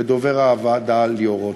ודובר הוועדה ליאור רותם.